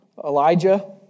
Elijah